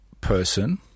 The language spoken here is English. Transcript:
person